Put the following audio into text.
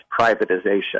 privatization